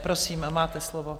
Prosím, máte slovo.